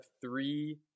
three